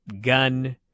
gun